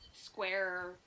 Square